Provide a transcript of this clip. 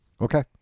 Okay